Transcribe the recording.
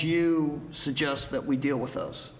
you suggest that we deal with